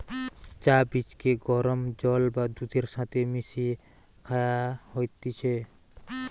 চা বীজকে গরম জল বা দুধের সাথে মিশিয়ে খায়া হতিছে